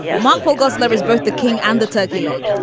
mark pogo's loves both the king and the turkey leg.